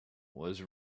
was